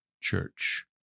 church